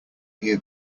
hear